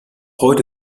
heute